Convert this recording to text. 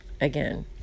again